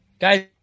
Guys